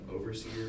overseer